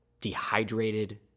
dehydrated